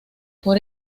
por